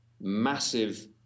massive